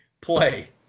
play